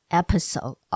episode